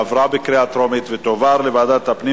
עברה בקריאה טרומית ותועבר לוועדת הפנים